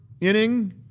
inning